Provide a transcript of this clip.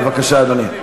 בבקשה, אדוני.